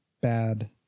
bad